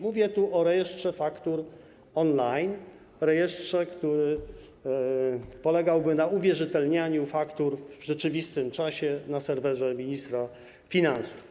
Mówię tu o rejestrze faktur on-line, rejestrze, który polegałby na uwierzytelnianiu faktur w rzeczywistym czasie na serwerze ministra finansów.